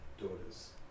daughters